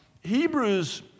Hebrews